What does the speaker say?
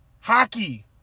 Hockey